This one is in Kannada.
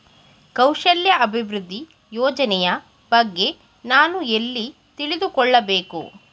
ಕೌಶಲ್ಯ ಅಭಿವೃದ್ಧಿ ಯೋಜನೆಯ ಬಗ್ಗೆ ನಾನು ಎಲ್ಲಿ ತಿಳಿದುಕೊಳ್ಳಬೇಕು?